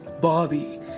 Bobby